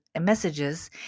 messages